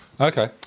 okay